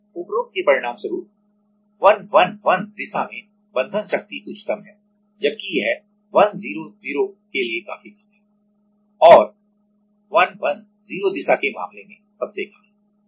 उपरोक्त के परिणामस्वरूप 111 दिशा में बंधन शक्ति उच्चतम है जबकि यह 100 के लिए काफी कम है और 110 दिशा के मामले में सबसे कम है